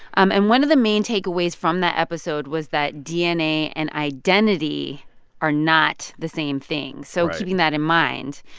um and one of the main takeaways from that episode was that dna and identity are not the same thing right so keeping that in mind,